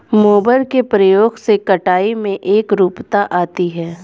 mower के प्रयोग से कटाई में एकरूपता आती है